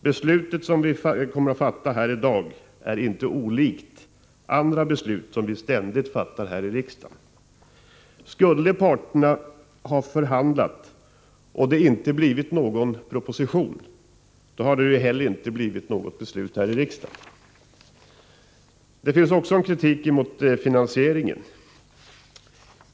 Beslutet som vi kommer att fatta här i dag är inte olikt andra beslut som vi fattar här i riksdagen. Skulle parterna ha förhandlat och det inte hade lett till någon proposition, hade det inte heller blivit något beslut här i riksdagen. Det finns också kritik mot finansieringen.